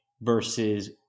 versus